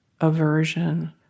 aversion